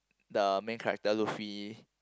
the main character Luffy